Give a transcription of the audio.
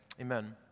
Amen